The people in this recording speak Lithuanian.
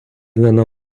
gana